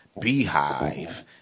Beehive